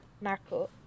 Marco